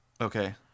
Okay